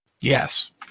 Yes